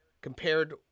compared